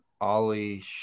Ollie